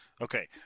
Okay